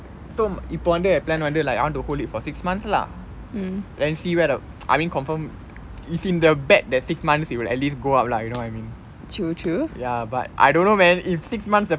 so இப்போ வந்து என்:ippo vanthu en plan வந்து:vanthu I want to hold it for six months lah and see whether I mean confirm it's in the bet that six months it will at least go up lah like you know I mean ya but I don't know man if six months